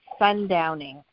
sundowning